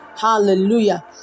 Hallelujah